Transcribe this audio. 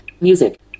Music